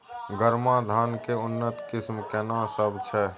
गरमा धान के उन्नत किस्म केना सब छै?